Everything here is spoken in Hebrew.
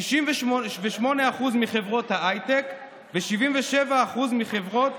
68% מחברות ההייטק ו-77% מחברות